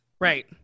right